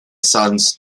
sons